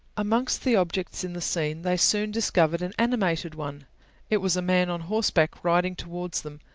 amongst the objects in the scene, they soon discovered an animated one it was a man on horseback riding towards them.